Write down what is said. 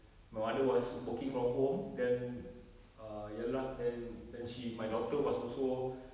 my mother was working from home then err ya lah then then she then my daughter was also